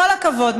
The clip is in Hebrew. כל הכבוד.